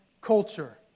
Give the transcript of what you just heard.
culture